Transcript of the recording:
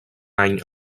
any